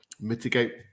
Mitigate